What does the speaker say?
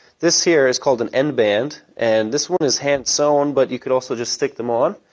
this here is called an endband, and this one is hand sewn but you could also just stick them on,